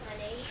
Money